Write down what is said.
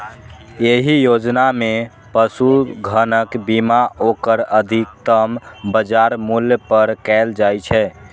एहि योजना मे पशुधनक बीमा ओकर अधिकतम बाजार मूल्य पर कैल जाइ छै